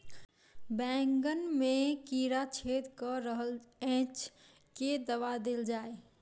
बैंगन मे कीड़ा छेद कऽ रहल एछ केँ दवा देल जाएँ?